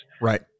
Right